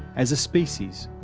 as a species,